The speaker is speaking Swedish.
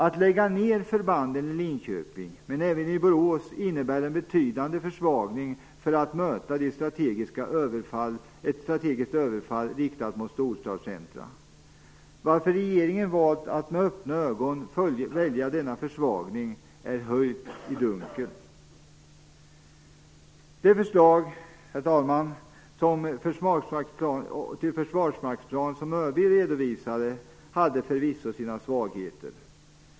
Att lägga ned förbanden i Linköping men även i Borås innebär en betydande försvagning för att möta ett strategiskt överfall riktat mot våra storstadscentrum. Varför regeringen valt att med öppna ögon välja denna försvagning är höljt i dunkel. ÖB redovisade hade förvisso sina svagheter.